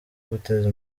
guteza